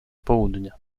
południa